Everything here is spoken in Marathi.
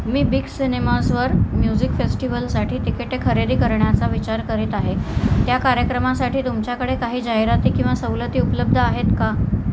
मी बिग सिनेमाजवर म्युझिक फेस्टिवलसाठी तिकेटे खरेदी करण्याचा विचार करीत आहे त्या कार्यक्रमासाठी तुमच्याकडे काही जाहिराती किंवा सवलती उपलब्ध आहेत का